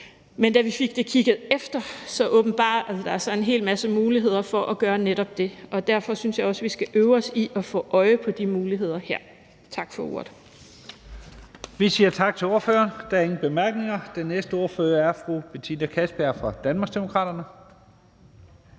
men da vi fik det kigget efter, åbenbarede der sig en hel masse muligheder for at gøre netop det, og derfor synes jeg også, at vi skal øve os i at få øje på de muligheder her. Tak for ordet. Kl. 17:25 Første næstformand (Leif Lahn Jensen): Vi siger tak til ordføreren. Der er ingen korte bemærkninger. Den næste ordfører er fru Betina Kastbjerg fra Danmarksdemokraterne.